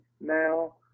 now